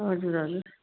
हजुर हजुर